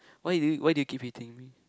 why do you why do you keep hitting me